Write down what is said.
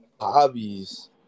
Hobbies